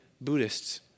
Buddhists